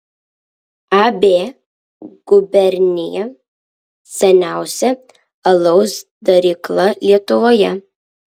ab gubernija seniausia alaus darykla lietuvoje